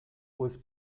was